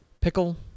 pickle